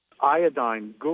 iodine